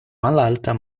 malalta